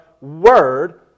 Word